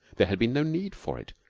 there had been no need for it.